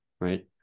right